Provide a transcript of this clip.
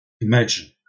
Imagine